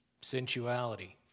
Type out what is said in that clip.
sensuality